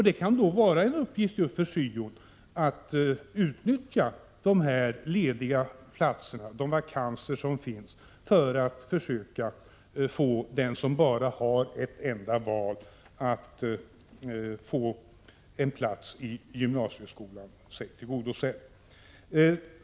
Det kan då vara en uppgift för syo att utnyttja de vakanser som finns, så att den som bara har ett enda val kan få en plats i gymnasieskolan.